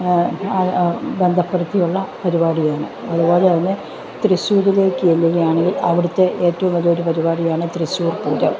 ബന്ധപ്പെടുത്തിയുള്ള പരിപാടിയാണ് അതുപോലെ തന്നെ തൃശ്ശൂരിലേക്ക് ചെല്ലുകയാണെങ്കിൽ അവിടുത്തെ ഏറ്റവും വലിയ ഒരു പരിപാടിയാണ് തൃശ്ശൂർ പൂരം